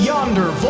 Yonder